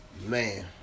Man